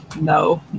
No